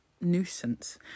nuisance